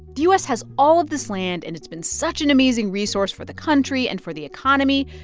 the u s. has all of this land, and it's been such an amazing resource for the country and for the economy,